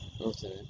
Okay